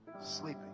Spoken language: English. Sleeping